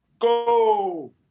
Go